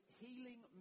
healing